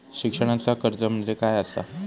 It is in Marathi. शिक्षणाचा कर्ज म्हणजे काय असा?